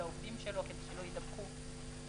של המעסיק לעובדים שלו כדי שלא יידבקו בקורונה.